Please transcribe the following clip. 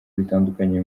bitandukanye